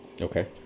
okay